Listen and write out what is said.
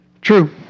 True